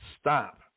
stop